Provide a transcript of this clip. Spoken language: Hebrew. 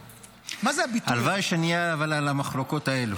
מה זה הביטוי --- אבל הלוואי שנהיה על המחלוקות האלו.